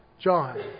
John